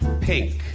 Pink